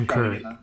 Curry